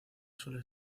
suele